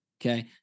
Okay